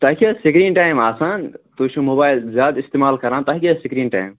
تۄہہِ کیٛاہ حظ سِکریٖن ٹایَم آسان تُہۍ چھُۄ موبایِل زیادٕ استعمال کران تۄہہِ کیٛاہ حظ سِکریٖن ٹایَم